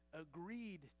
agreed